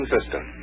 System